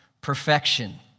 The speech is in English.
perfection